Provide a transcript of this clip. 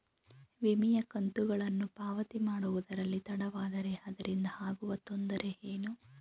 ವಿಮೆಯ ಕಂತುಗಳನ್ನು ಪಾವತಿ ಮಾಡುವುದರಲ್ಲಿ ತಡವಾದರೆ ಅದರಿಂದ ಆಗುವ ತೊಂದರೆ ಏನು?